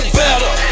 better